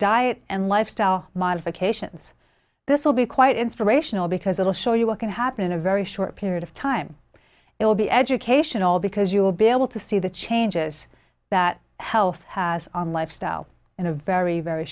diet and lifestyle modifications this will be quite inspirational because it'll show you what can happen in a very short period of time it will be educational because you will be able to see the changes that health has on lifestyle in a very very